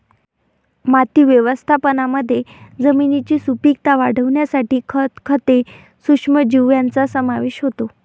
माती व्यवस्थापनामध्ये जमिनीची सुपीकता वाढवण्यासाठी खत, खते, सूक्ष्मजीव यांचा समावेश होतो